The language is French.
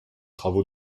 travaux